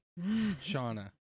Shauna